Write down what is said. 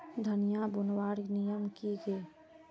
धनिया बूनवार नियम की गे?